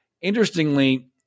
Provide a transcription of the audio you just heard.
Interestingly